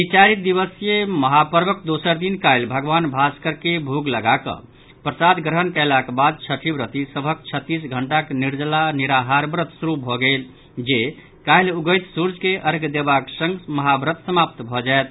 ई चारि दिवसीय महापर्वक दोसर दिन काल्हि भगवान भास्कर के भोग लगा कऽ प्रसाद ग्रहण कयलाक बाद छठि व्रति सभक छत्तीस घंटाक निर्जला निराहा व्रत शुरू भऽ गेल जे काल्हि उगैत सूर्य के अर्ध्य देवाक संग महाव्रत सम्पन भऽ जायत